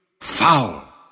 foul